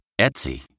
Etsy